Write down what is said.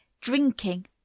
drinking